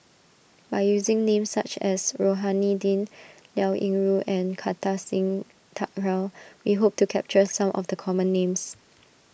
by using names such as Rohani Din Liao Yingru and Kartar Singh Thakral we hope to capture some of the common names